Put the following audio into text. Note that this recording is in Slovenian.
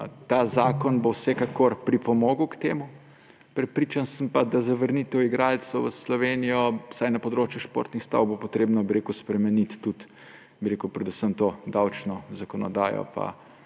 Ta zakon bo vsekakor pripomogel k temu, prepričan sem pa, da za vrnitev igralcev v Slovenijo, vsaj na področju športnih stav, bo treba spremeniti predvsem to davčno zakonodajo